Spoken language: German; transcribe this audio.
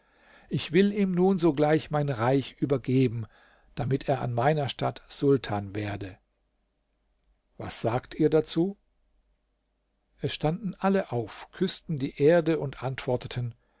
ich will ihm nun sogleich mein reich übergeben damit er an meiner statt sultan werde was sagt ihr dazu es standen alle auf küßten die erde und antworteten